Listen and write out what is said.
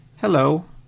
hello